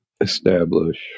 establish